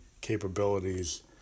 capabilities